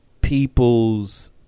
people's